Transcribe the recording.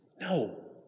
No